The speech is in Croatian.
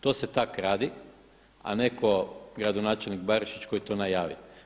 To se tako radi a ne kao gradonačelnik Barišić koji to najavi.